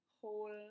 whole